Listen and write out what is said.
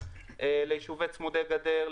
ליישובי צמודי גדר,